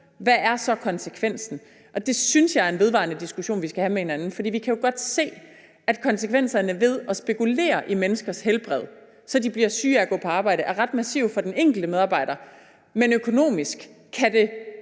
hvad er så konsekvensen? Det synes jeg er en vedvarende diskussion, vi skal have med hinanden, for vi kan jo godt se, at konsekvenserne af at spekulere i menneskers helbred, så de bliver syge af at gå på arbejde, er ret massive for den enkelte medarbejder, men økonomisk kan det